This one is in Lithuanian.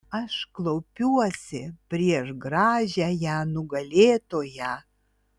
aš klaupiuosi prieš gražiąją nugalėtoją